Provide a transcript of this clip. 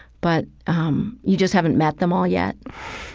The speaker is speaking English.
but um you just haven't met them all yet.